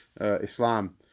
Islam